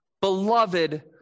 beloved